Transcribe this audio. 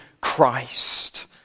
Christ